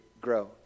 grow